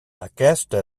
aquesta